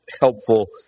helpful